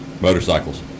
Motorcycles